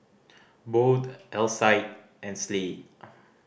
Bode Alcide and Slade